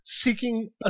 seeking